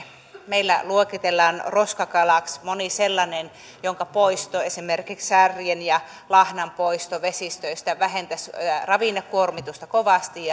meillä luokitellaan roskakalaksi moni sellainen jonka poisto esimerkiksi särjen ja lahnan poisto vesistöistä vähentäisi ravinnekuormitusta kovasti